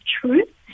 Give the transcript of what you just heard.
truth